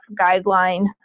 guideline